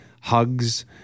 hugs